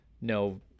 no